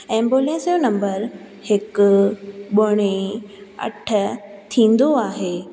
ambulance जो number हिकु ॿुड़ी अठ थींदो आहे